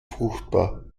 fruchtbar